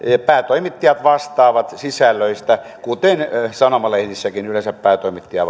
päätoimittajat vastaavat sisällöistä kuten sanomalehdissäkin yleensä päätoimittaja